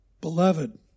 Beloved